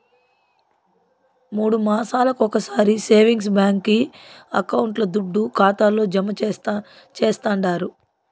మూడు మాసాలొకొకసారి సేవింగ్స్ బాంకీ అకౌంట్ల దుడ్డు ఖాతాల్లో జమా చేస్తండారు